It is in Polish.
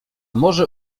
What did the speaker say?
może